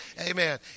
Amen